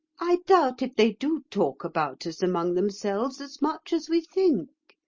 i doubt if they do talk about us among themselves as much as we think.